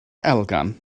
elgan